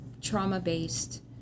trauma-based